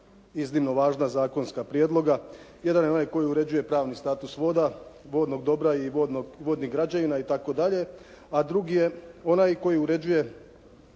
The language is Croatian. iznimno važna zakonska prijedloga. Jedan je onaj koji uređuje pravni status voda, vodnog dobra i vodnih građevina itd. a drugi je onaj koji uređuje